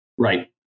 Right